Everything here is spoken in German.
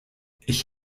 ich